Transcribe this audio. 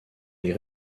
les